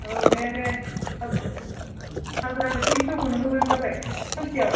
औ दे दे औ हाजिराखौ थिनस'खौनो होबानो जाबाय सानसेयाव